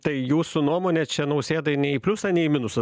tai jūsų nuomone čia nausėdai nei į pliusą nei į minusą